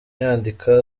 yandika